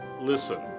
listen